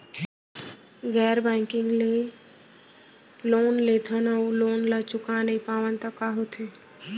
गैर बैंकिंग ले लोन लेथन अऊ लोन ल चुका नहीं पावन त का होथे?